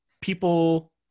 people